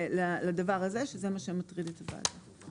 לדבר הזה שזה מה שמטריד את הוועדה.